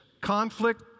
conflict